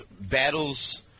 battles